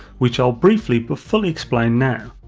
which i'll briefly but fully explain now.